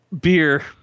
beer